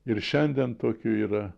ir šiandien tokių yra